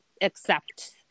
accept